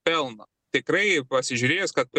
pelno tikrai pasižiūrėjus kad